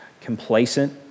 complacent